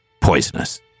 poisonous